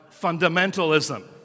fundamentalism